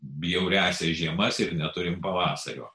bjauriąsias žiemas ir neturime pavasario